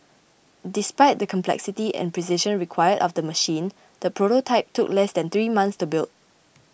despite the complexity and precision required of the machine the prototype took less than three months to build